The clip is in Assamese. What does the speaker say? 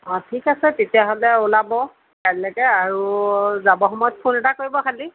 অঁ ঠিক আছে তেতিয়াহ'লে ওলাব কাইলৈকে আৰু যাব সময়ত ফোন এটা কৰিব খালি